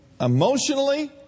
emotionally